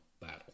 battle